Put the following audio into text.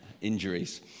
injuries